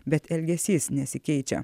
bet elgesys nesikeičia